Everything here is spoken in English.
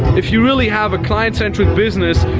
if you really have a client-centric business,